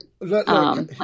Let